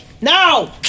No